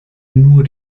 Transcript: nur